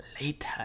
later